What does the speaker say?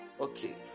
Okay